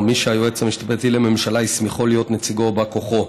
או מי שהיועץ המשפטי לממשלה הסמיכו להיות נציגו או בא כוחו".